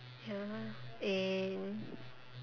ya lah eh